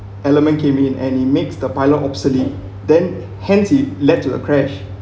element came in and it makes the pilot obsolete then hence it led to the crash